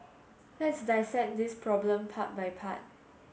let's dissect this problem part by part